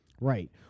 Right